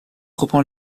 reprend